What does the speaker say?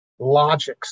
logics